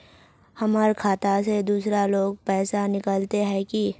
हमर खाता से दूसरा लोग पैसा निकलते है की?